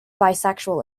bisexual